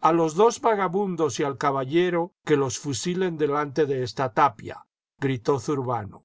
a los dos vagabundos y al caballero que los fusilen delante de esta tapia gritó zurbano